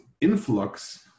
influx